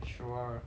sure